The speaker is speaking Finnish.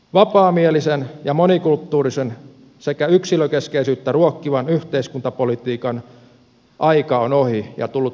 vapaamielisen ja monikulttuurisen sekä yksilökeskeisyyttä ruokkivan yhteiskuntapolitiikan aika on ohi ja tullut tiensä päähän